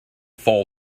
fall